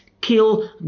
kill